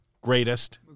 greatest